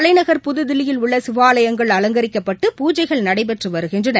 தலைநகர் புதுதில்லியில் உள்ள சிவாலயங்கள் அலங்கரிக்கப்பட்டு பூஜைகள் நடைபெற்று வருகின்றன